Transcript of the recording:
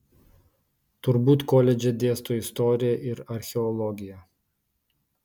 turbūt koledže dėsto istoriją ir archeologiją